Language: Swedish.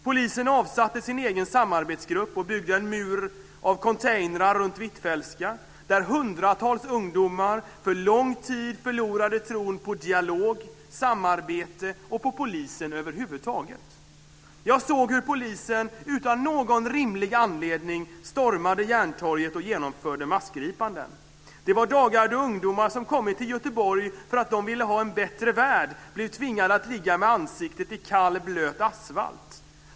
Polisen avsatte sin egen samarbetsgrupp och byggde en mur av containrar runt Hvitfeldtska, där hundratals ungdomar för lång tid förlorade tron på dialog, samarbete och på polisen över huvud taget. Jag såg hur polisen utan någon rimlig anledning stormade Järntorget och genomförde massgripanden. Det var dagar då ungdomar som hade kommit till Göteborg för att de ville ha en bättre värld blev tvingade att ligga med ansiktet i kall, blöt asfalt.